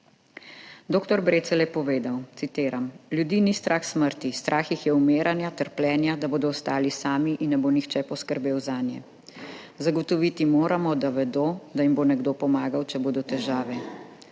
Dr. Brecelj je povedal, citiram: »Ljudi ni strah smrti, strah jih je umiranja, trpljenja, da bodo ostali sami in ne bo nihče poskrbel zanje. Zagotoviti moramo, da vedo, da jim bo nekdo pomagal, če bodo težave.